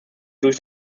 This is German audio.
durch